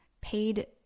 paid